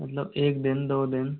मतलब एक दिन दो दिन